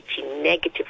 negative